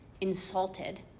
insulted